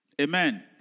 Amen